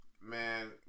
Man